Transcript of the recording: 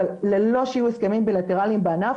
אבל ללא שיהיו הסכמים בילטרליים בענף,